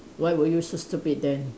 why were you so stupid then